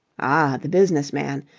the business man!